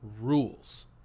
rules